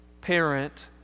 parent